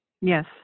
Yes